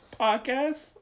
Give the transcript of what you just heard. podcast